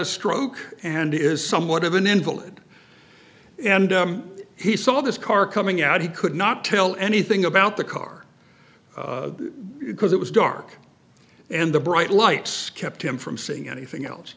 a stroke and is somewhat of an invalid and he saw this car coming out he could not tell anything about the car because it was dark and the bright lights kept him from seeing anything else